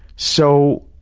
so,